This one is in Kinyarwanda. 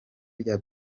rya